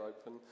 open